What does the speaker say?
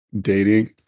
dating